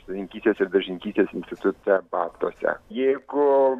sodininkystės ir daržininkystės institute babtuose jeigu